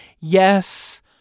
yes